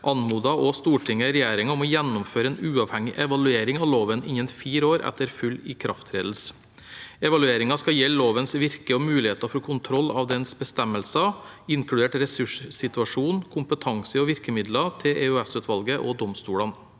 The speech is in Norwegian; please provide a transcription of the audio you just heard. anmodet også Stortinget regjeringen om å gjennomføre en uavhengig evaluering av loven innen fire år etter full ikrafttredelse. Evalueringen skal gjelde lovens virke og muligheter for kontroll av dens bestemmelser, inkludert ressurssituasjon, kompetanse og virkemidler til EOS-utvalget og domstolene.